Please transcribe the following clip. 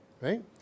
right